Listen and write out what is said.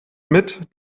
mit